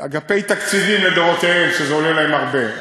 זה אגפי תקציבים לדורותיהם, שזה עולה להם הרבה.